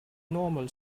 normal